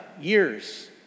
years